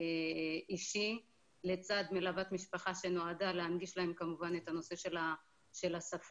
אישי לצד מלוות משפחה שנועדה להנגיש להם את הנושא של השפה,